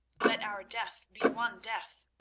let our death be one death.